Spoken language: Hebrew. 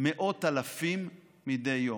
מאות אלפים מדי יום.